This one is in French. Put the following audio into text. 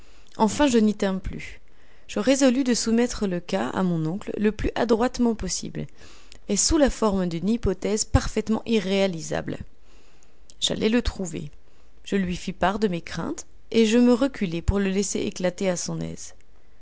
enfin je n'y tins plus je résolus de soumettre le cas à mon oncle le plus adroitement possible et sous la forme d'une hypothèse parfaitement irréalisable j'allai le trouver je lui fis part de mes craintes et je me reculai pour le laisser éclater à son aise